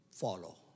Follow